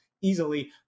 easily